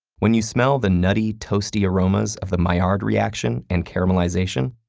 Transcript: when you smell the nutty, toasty aromas of the maillard reaction and caramelization,